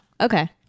okay